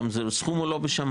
גם זה סכום לא בשמיים.